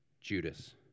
Judas